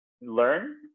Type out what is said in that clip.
learn